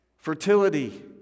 Fertility